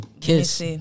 kiss